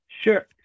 Sure